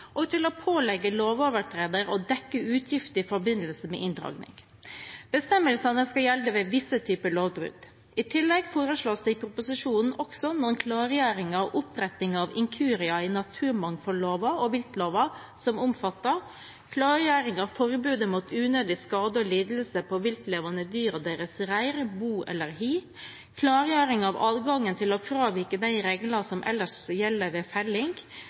og til å pålegge lovovertreder å dekke utgifter i forbindelse med inndragning. Bestemmelsene skal gjelde ved visse typer lovbrudd. I tillegg foreslås det i proposisjonen også noen klargjøringer og oppretting av inkurier i naturmangfoldloven og viltloven, som omfatter klargjøring av forbudet mot unødig skade og lidelse på viltlevende dyr og deres reir, bo eller hi klargjøring av adgangen til å fravike de regler som ellers gjelder ved felling